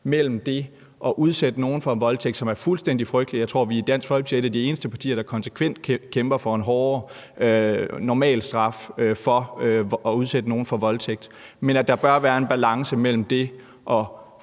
mellem det at udsætte nogen for en voldtægt, som er fuldstændig frygteligt – jeg tror, vi i Dansk Folkeparti er et af de eneste partier, der konsekvent kæmper for en hårdere normalstraf for at udsætte nogen for voldtægt – og så det at anklage nogen for